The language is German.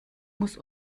muss